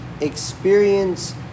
experience